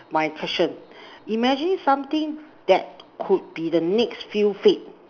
my question imagine something that could be the next feel feed